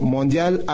Mondial